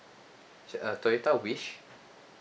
uh toyota wish